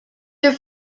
their